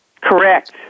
Correct